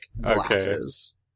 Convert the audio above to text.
glasses